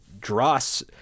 dross